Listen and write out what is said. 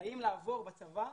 לעבור בצבא.